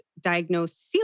diagnosed